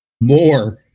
More